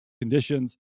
conditions